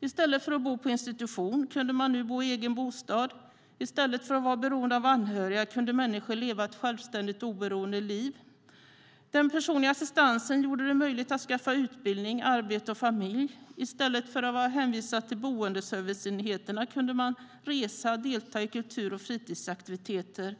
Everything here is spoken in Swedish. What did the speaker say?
I stället för att bo på institution kunde man nu bo i egen bostad. I stället för att vara beroende av anhöriga kunde människor leva ett självständigt och oberoende liv. Den personliga assistansen gjorde det möjligt att skaffa utbildning, arbete och familj. I stället för att vara hänvisad till boendeserviceenheterna kunde man resa och delta i fritidsaktiviteter.